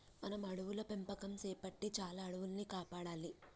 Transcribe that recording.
మనం అడవుల పెంపకం సేపట్టి చాలా అడవుల్ని కాపాడాలి